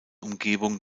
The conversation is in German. umgebung